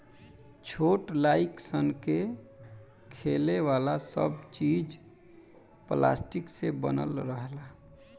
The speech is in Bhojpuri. छोट लाइक सन के खेले वाला सब चीज़ पलास्टिक से बनल रहेला